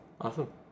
Awesome